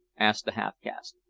asked the half-caste.